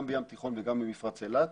גם בים התיכון וגם במפרץ אילת,